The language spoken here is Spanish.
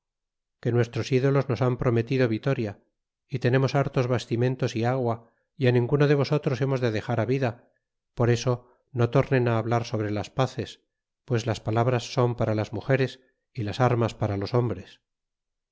que nuestros dolos nos han prometido vitoria y tenemos hartos bastimentos y agua y ninguno de vosotros henr s de dexar vida por eso no tornen hablar sobre las paces pues las palabras son para las mugeres y las armas para los hombres